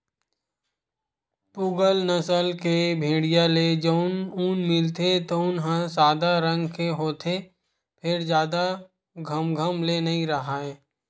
पूगल नसल के भेड़िया ले जउन ऊन मिलथे तउन ह सादा रंग के होथे फेर जादा घमघम ले नइ राहय